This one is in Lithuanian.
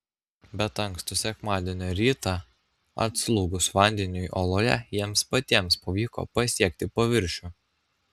bet ankstų sekmadienio rytą atslūgus vandeniui oloje jiems patiems pavyko pasiekti paviršių